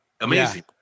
Amazing